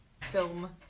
film